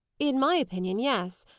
in my opinion, yes.